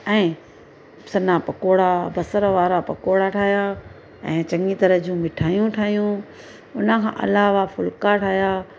ऐं सन्ना पकोड़ा बसर वारा पकोड़ा ठाहिया ऐं चङी तराह जूं मिठाईयूं ठाहियूं उन खां अलावा फुलका ठाहिया